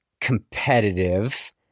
competitive